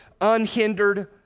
unhindered